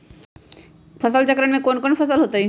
फसल चक्रण में कौन कौन फसल हो ताई?